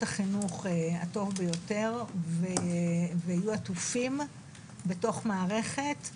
החינוך הטוב ביותר ויהיו עטופים בתוך מערכת.